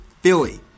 Philly